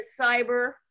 cyber